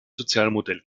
sozialmodell